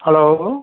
hello